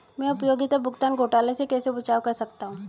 मैं उपयोगिता भुगतान घोटालों से कैसे बचाव कर सकता हूँ?